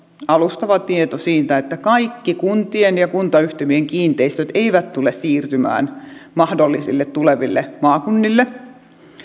alustava tieto siitä että kaikki kuntien ja kuntayhtymien kiinteistöt eivät tule siirtymään mahdollisille tuleville maakunnille